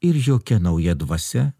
ir jokia nauja dvasia